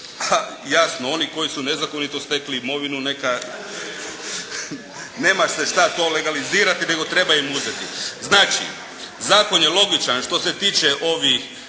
Pa jasno oni koji su nezakonito stekli imovinu neka, nema se šta to legalizirati nego treba im uzeti. Znači zakon je logičan što se tiče ovih